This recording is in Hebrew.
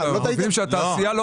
אם תעשייה,